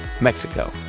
mexico